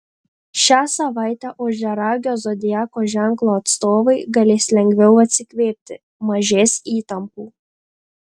šią savaitę ožiaragio zodiako ženklo atstovai galės lengviau atsikvėpti mažės įtampų